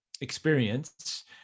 experience